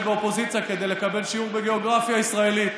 באופוזיציה כדי לקבל שיעור בגיאוגרפיה הישראלית?